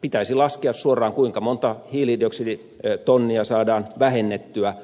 pitäisi laskea suoraan kuinka monta hiilidioksiditonnia saadaan vähennettyä